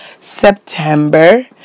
September